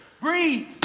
breathe